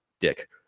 dick